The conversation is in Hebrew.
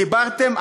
דיברתם,